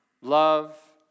love